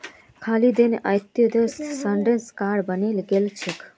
खालिदेर Antyodaya ration card बने गेल छेक